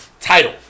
title